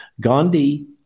Gandhi